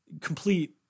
complete